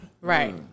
right